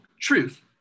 truth